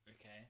Okay